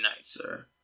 sir